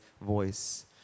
voice